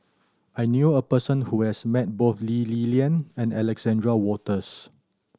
I knew a person who has met both Lee Li Lian and Alexander Wolters